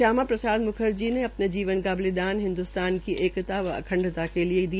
श्यामा प्रसादम्खर्जी ने अ ने जीवन का बलिदान हिन्द्रस्तान की एकता व अखंडता के लिए दिया